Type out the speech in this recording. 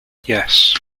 yes